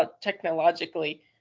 technologically